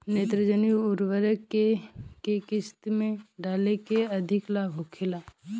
नेत्रजनीय उर्वरक के केय किस्त में डाले से अधिक लाभ होखे?